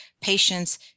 patients